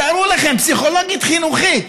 תארו לכם פסיכולוגית חינוכית